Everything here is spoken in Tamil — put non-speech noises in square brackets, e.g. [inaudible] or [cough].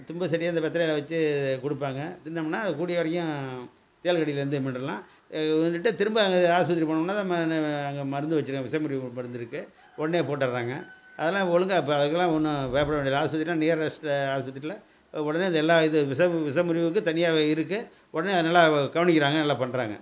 தும்பை செடியை அந்த வெற்றிலையில வச்சு கொடுப்பாங்க தின்னம்னால் அது கூடிய வரைக்கும் தேள் கடியிலேருந்து மீண்டுடலாம் [unintelligible] திரும்ப ஆஸ்பத்திரிக்கு போனமுன்னால் நம்ம அங்க மருந்து வச்சுருக்காங்க விஷ முறிவு மருந்து இருக்குது உடனே போட்டுடறாங்க அதெலாம் ஒழுங்கா இப்போ அதுக்கெலாம் ஒன்றும் பயப்பட வேண்டியதில்லை ஆஸ்பத்திரியெலாம் நியரஸ்ட்டு ஆஸ்பத்திரியில் உடனே அது எல்லா இது விஷ விஷ முறிவுக்கு வந்து தனியாகவே இருக்குது உடனே நல்லா கவனிக்கிறாங்க நல்லா பண்ணுறாங்க